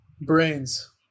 brains